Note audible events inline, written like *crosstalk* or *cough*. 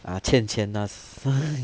ah 欠钱 ah *laughs*